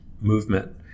movement